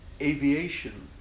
aviation